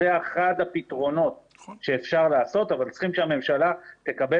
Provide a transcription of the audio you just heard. זה אחד הפתרונות אבל צריך שהממשלה תקבל